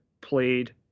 played